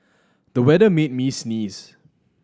the weather made me sneeze